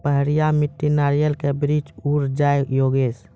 पहाड़िया मिट्टी नारियल के वृक्ष उड़ जाय योगेश?